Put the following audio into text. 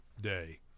Day